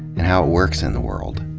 and how it works in the world.